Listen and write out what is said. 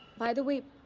by the way,